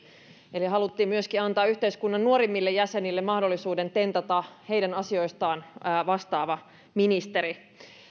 eli haluttiin antaa myöskin yhteiskunnan nuorimmille jäsenille mahdollisuus tentata heidän asioistaan vastaavaa ministeriä